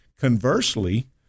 Conversely